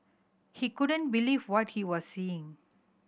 he couldn't believe what he was seeing